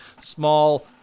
small